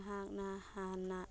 ꯅꯍꯥꯛꯅ ꯍꯥꯟꯅ